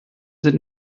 sind